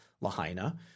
Lahaina